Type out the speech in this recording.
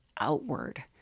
outward